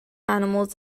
animals